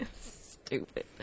Stupid